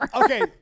okay